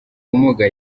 ubumuga